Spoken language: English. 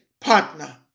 partner